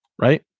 right